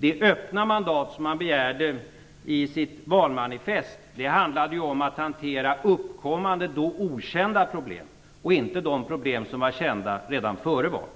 Det öppna mandat som Socialdemokraterna begärde i sitt valmanifest handlade om att hantera uppkommande, då okända, problem och inte de problem som var kända redan före valet.